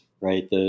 right